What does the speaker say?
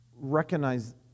recognize